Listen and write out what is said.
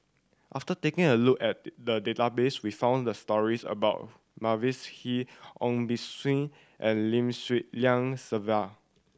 after taking a look at the the database we found the stories about Mavis Hee Ong Beng Seng and Lim Swee Lian Sylvia